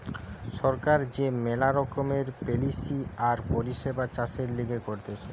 সরকার যে মেলা রকমের পলিসি আর পরিষেবা চাষের লিগে করতিছে